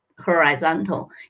horizontal